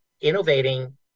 innovating